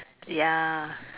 ya